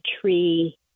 tree